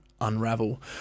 unravel